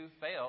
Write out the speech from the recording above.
fail